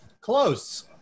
Close